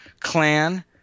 clan